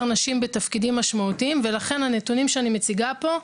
נשים בתפקידים משמעותיים ולכן הנתונים שאני מציגה פה,